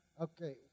Okay